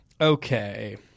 Okay